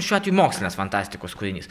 šiuo atveju mokslinės fantastikos kūrinys